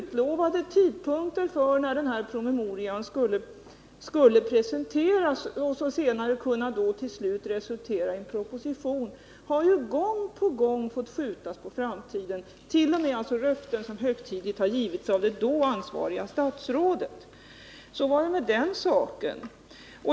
Tidpunkten för presentation av promemorian och för avlämnande av en proposition har gång på gång fått skjutas framåt. Det gäller t.o.m. löften som högtidligt avgivits av det då ansvariga statsrådet. — Så var det med den saken.